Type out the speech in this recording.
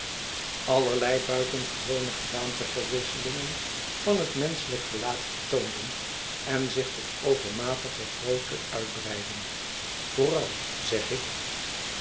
allerlei buitengewone gedaanteverwisselingen van het menschelijk gelaat vertoonden en zich tot overmatige grootte uitbreidden vooral zeg ik